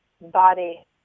body